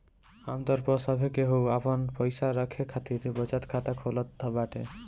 आमतौर पअ सभे केहू आपन पईसा रखे खातिर बचत खाता खोलत बाटे